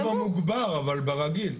לא במוגבר, אבל ברגיל.